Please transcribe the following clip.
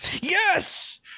Yes